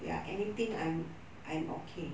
ya anything I'm I'm okay